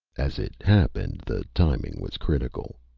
as it happened, the timing was critical,